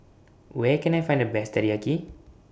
Where Can I Find The Best Teriyaki